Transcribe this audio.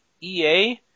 EA